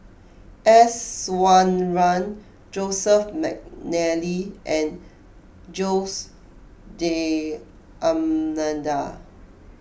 S Iswaran Joseph McNally and Jose D'Almeida